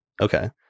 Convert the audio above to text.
Okay